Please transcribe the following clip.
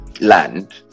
land